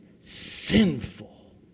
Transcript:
sinful